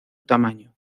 tamaño